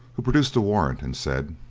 who produced a warrant, and said